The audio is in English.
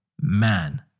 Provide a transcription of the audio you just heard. man